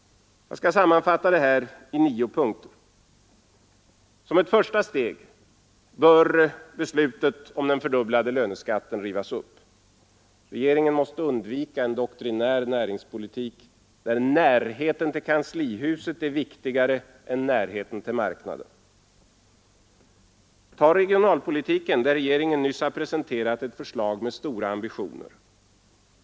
Jag skall sammanfatta det här i nio punkter: 1. Som ett första steg bör beslutet om den fördubblade löneskatten rivas upp. Regeringen måste undvika en doktrinär näringspolitik, närheten till kanslihuset blir viktigare än närheten till marknaden. Ta regionalpolitiken där regeringen nyss presenterat ett förslag med stora ambitioner!